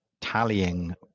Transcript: tallying